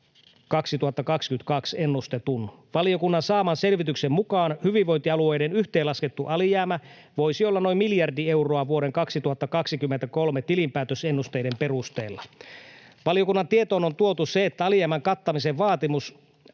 2022 ennustetun. Valiokunnan saaman selvityksen mukaan hyvinvointialueiden yhteenlaskettu alijäämä voisi olla noin miljardi euroa vuoden 2023 tilinpäätösennusteiden perusteella. Valiokunnan tietoon on tuotu se, että alijäämän kattamisen vaatimus